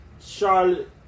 Charlotte